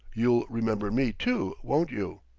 you'll remember me, too, won't you?